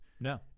no